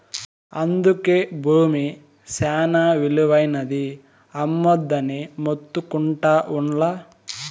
అందుకే బూమి శానా ఇలువైనది, అమ్మొద్దని మొత్తుకుంటా ఉండ్లా